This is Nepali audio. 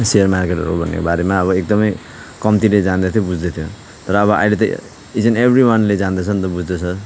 सेयर मार्केटहरू भनेको बारेमा अब एकदमै कम्तीले जान्दथ्यो बुझ्दथ्यो तर अब अहिले त इच एन्ड एभ्री वानले जान्दछ नि त बुझ्दछ